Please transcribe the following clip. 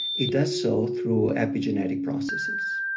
it does so through epigenetic processes.